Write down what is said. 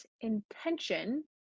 intention